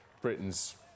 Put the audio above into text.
Britain's